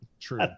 True